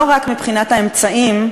לא רק מבחינת האמצעים,